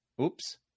Oops